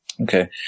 Okay